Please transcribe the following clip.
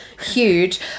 Huge